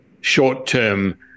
short-term